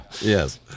Yes